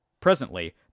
Presently